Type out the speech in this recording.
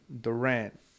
Durant